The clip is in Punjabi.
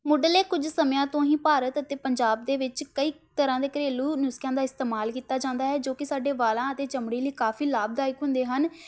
ਮੁਢਲੇ ਕੁਝ ਸਮਿਆਂ ਤੋਂ ਹੀ ਭਾਰਤ ਅਤੇ ਪੰਜਾਬ ਦੇ ਵਿੱਚ ਕਈ ਤਰ੍ਹਾਂ ਦੇ ਘਰੇਲੂ ਨੁਸਖਿਆਂ ਦਾ ਇਸਤੇਮਾਲ ਕੀਤਾ ਜਾਂਦਾ ਹੈ ਜੋ ਕਿ ਸਾਡੇ ਵਾਲਾਂ ਅਤੇ ਚਮੜੀ ਲਈ ਕਾਫੀ ਲਾਭਦਾਇਕ ਹੁੰਦੇ ਹਨ